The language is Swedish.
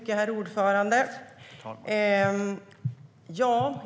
Herr talman!